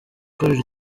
ikorera